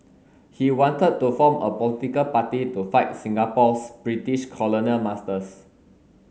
he wanted to form a political party to fight Singapore's British colonial masters